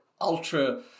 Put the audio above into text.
ultra